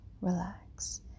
relax